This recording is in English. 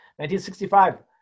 1965